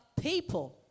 people